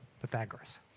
Pythagoras